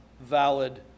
valid